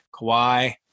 Kawhi